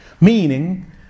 Meaning